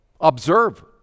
observe